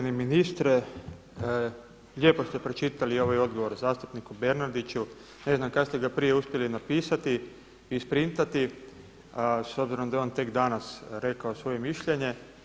Uvaženi ministre, lijepo ste pročitali ovaj odgovor zastupniku Bernardiću, ne znam kada ste ga prije uspjeli napisati i isprintati s obzirom da je on tek danas rekao svoje mišljenje.